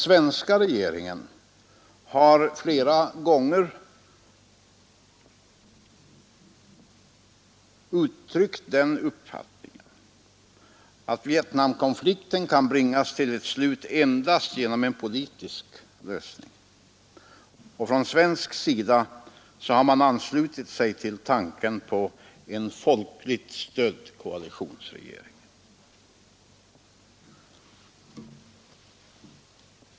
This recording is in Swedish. Svenska regeringen har flera gånger uttryckt uppfatt ningen att Vietnamkonflikten kan bringas till ett slut endast genom en politisk lösning, och från svensk sida har man anslutit sig till tanken på en folkligt stödd koalitionsregering.